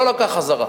לא לקח חזרה,